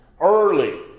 Early